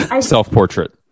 self-portrait